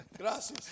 Gracias